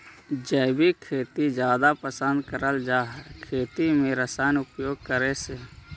जैविक खेती जादा पसंद करल जा हे खेती में रसायन उपयोग करे से